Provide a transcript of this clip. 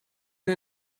der